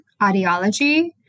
audiology